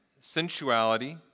sensuality